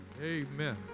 Amen